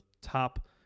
top